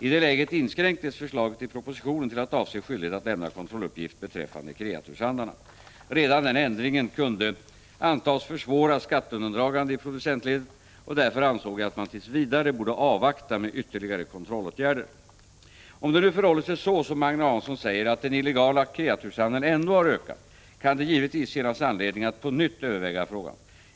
I det läget inskränktes förslaget i propositionen till att avse skyldighet att lämna kontrolluppgift beträffande kreaturshandlarna. Redan den ändringen kunde antas försvåra skatteundandragande i producentledet, och därför ansåg jag att man tills vidare borde avvakta med ytterligare kontrollåtgärder. Om det nu förhåller sig så som Agne Hansson säger, att den illegala kreaturshandeln ändå har ökat, kan det givetvis finnas anledning att på nytt överväga frågan.